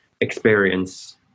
experience